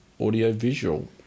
audiovisual